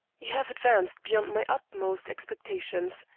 you have advanced beyond my utmost expectations,